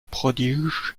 prodige